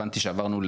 הבנתי שעברנו,